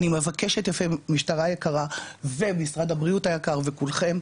אני מבקשת משטרה יקרה, ומשרד הבריאות היקר וכולכם.